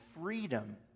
freedom